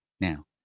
now